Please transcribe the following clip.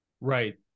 Right